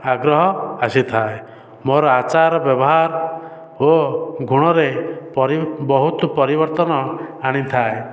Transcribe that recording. ଆଗ୍ରହ ଆସିଥାଏ ମୋର ଆଚାର ବ୍ୟବହାର ଓ ଗୁଣରେ ବହୁତ ପରିବର୍ତ୍ତନ ଆଣିଥାଏ